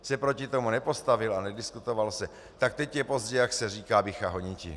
se proti tomu nepostavil a nediskutovalo se, tak teď je pozdě, jak se říká, bycha honiti.